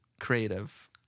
creative